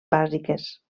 bàsiques